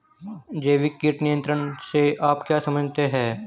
जैविक कीट नियंत्रण से आप क्या समझते हैं?